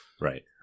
Right